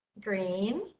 green